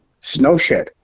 Snowshed